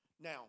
Now